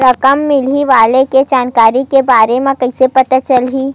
रकम मिलही वाले के जानकारी के बारे मा कइसे पता चलही?